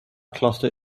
cluster